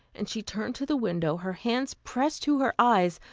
and she turned to the window, her hands pressed to her eyes,